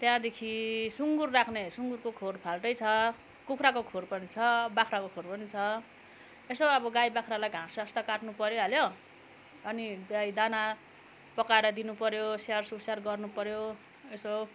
त्यहाँदेखि सुँगुर राख्ने सुँगुरको खोर फाल्टै छ कुखुराको खोर पनि छ बाख्राको खोर पनि छ यसो अब गाई बाख्रालाई घाँस सास त काट्नु परिहाल्यो अनि गाई दाना पकाएर दिनुपऱ्यो स्याहार सुसार गर्नु पऱ्यो यसो